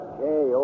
Okay